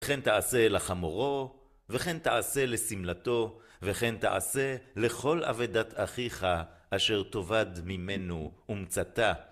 וכן תעשה לחמורו, וכן תעשה לשמלתו, וכן תעשה לכל אבדת אחיך, אשר תאבד ממנו ומצאתה.